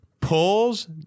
pulls